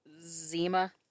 Zima